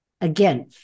Again